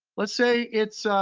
let's say it's